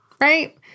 right